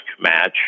match